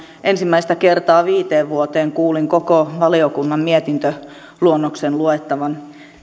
ensimmäistä kertaa viiteen vuoteen kuulin koko valiokunnan mietintöluonnoksen luettavan